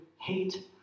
hate